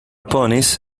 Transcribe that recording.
ponies